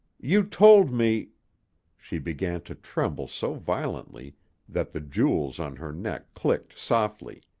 you told me she began to tremble so violently that the jewels on her neck clicked softly